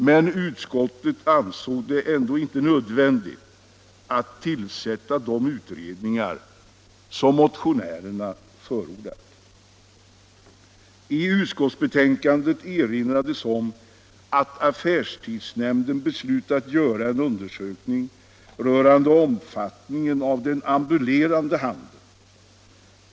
Men utskottet ansåg det ändå inte nödvändigt att tillsätta de utredningar som motionärerna förordat. I utskottsbetänkandet erinrades om att affärstidsnämnden beslutat göra en undersökning rörande omfattningen av den ambulerande handeln.